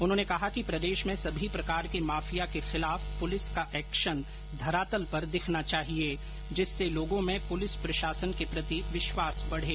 उन्होंने कहा कि प्रदेश में सभी प्रकार के माफिया के खिलाफ पुलिस का एक्शन धरातल पर दिखना चाहिए जिससे लोगों में पुलिस प्रशासन के प्रति विश्वास बढ़े